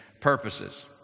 purposes